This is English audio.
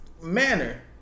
manner